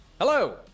Hello